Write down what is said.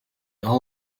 all